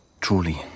Truly